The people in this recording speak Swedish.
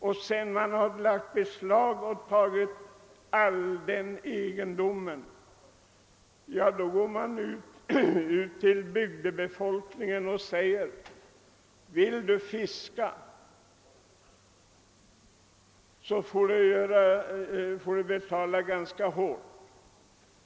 Och sedan man har lagt beslag på all den egendomen, ja, då går man ut till bygdebefolkningen och säger: Vill du fiska här, så får du betala det ganska dyrt.